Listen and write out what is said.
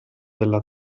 della